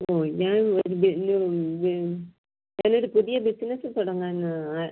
ഓ ഞാൻ ഇതിൽ ഇത് ഞാനൊരു പുതിയ ബിസിനസ്സ് തുടങ്ങാനാണ് ആ